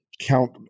count